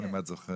אם את זוכרת.